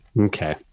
Okay